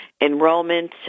enrollment